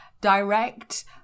direct